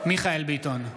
מיכאל מרדכי ביטון,